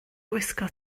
gwisgo